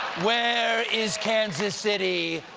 where is kansas city?